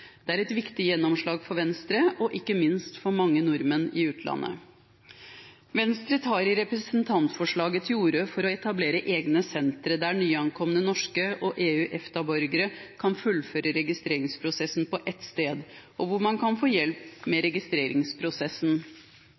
Det er et viktig gjennomslag for Venstre og ikke minst for mange nordmenn i utlandet. Venstre tar i representantforslaget til orde for å etablere egne sentre der nyankomne norske og EU/EFTA-borgere kan fullføre registreringsprosessen på ett sted, og hvor man kan få hjelp med registreringsprosessen.